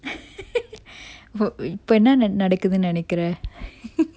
இப்ப என்ன நடக்குதுன்னு நெனைக்குற:ippa enna nadakkuthunu nenaikkura